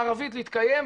מערבית להתקיים.